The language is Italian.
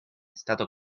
stato